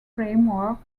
framework